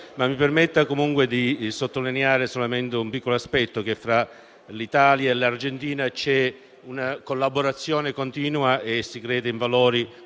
Mi permetta comunque di sottolineare solamente un piccolo aspetto: fra l'Italia e l'Argentina c'è una collaborazione continua e si crede in valori